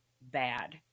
bad